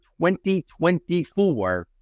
2024